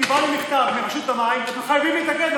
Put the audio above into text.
קיבלנו מכתב מרשות המים: אתם חייבים להתאגד.